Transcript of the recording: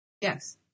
Yes